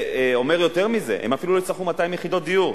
ואומר יותר מזה: הם אפילו לא יצטרכו 200 יחידות דיור.